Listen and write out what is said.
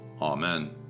amen